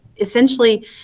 Essentially